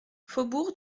faubourg